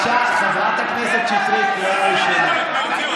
חברת הכנסת שטרית, קריאה ראשונה.